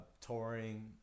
touring